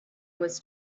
was